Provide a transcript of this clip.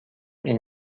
این